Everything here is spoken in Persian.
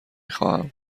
خواهم